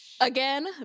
Again